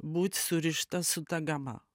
būt surišta su ta gama